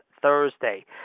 Thursday